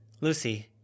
Lucy